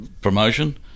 promotion